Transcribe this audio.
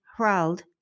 Hrald